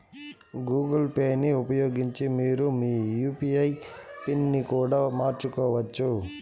Google పేని ఉపయోగించి మీరు మీ యూ.పీ.ఐ పిన్ ని కూడా మార్చుకోవచ్చు